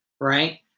right